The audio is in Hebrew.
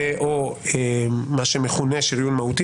ו/או מה שמכונה "שריון מהותי".